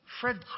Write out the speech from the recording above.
Fred